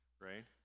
right